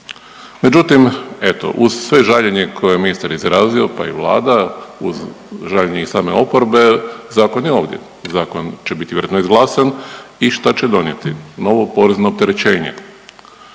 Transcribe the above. Međutim, eto uz sve žaljenje koje je ministar izrazio, pa i Vlada uz žaljenje i same oporbe zakon je ovdje, zakon će biti vjerojatno izglasan i šta će donijeti, novo porezno opterećenje.